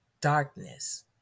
darkness